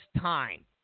time